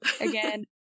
Again